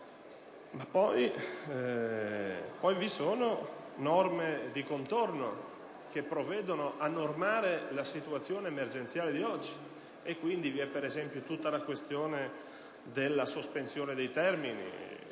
Vi sono poi norme di contorno che provvedono a normare la situazione emergenziale di oggi: si pensi per esempio a tutta la questione della sospensione dei termini,